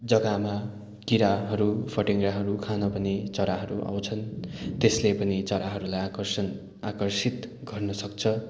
जगामा किराहरू फटेङ्ग्राहरू खान पनि चराहरू आउँछन् त्यसले पनि चराहरूलाई आकर्षण आकर्षित गर्न सक्छ